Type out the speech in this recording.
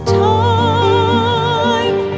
time